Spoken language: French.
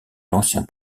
l’ancien